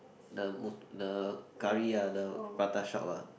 the the curry ah the prata shop ah